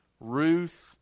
Ruth